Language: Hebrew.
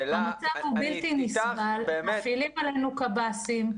המצב הוא בלתי נסבל, מפעילים עלינו קב"סים,